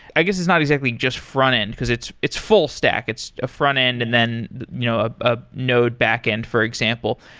i guess it's not exactly just frontend, because it's it's full-stack. it's a frontend and then you know ah a node backend, for example.